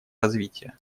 развития